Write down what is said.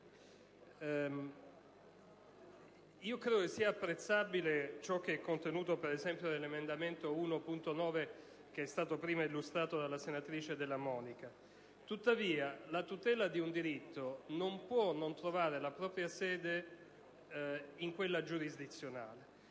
credo sia apprezzabile ciò che è contenuto nell'emendamento 1.9, che è stato prima illustrato dalla senatrice Della Monica; tuttavia, la tutela di un diritto non può non trovare la propria sede in quella giurisdizionale,